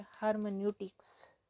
hermeneutics